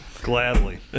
Gladly